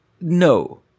no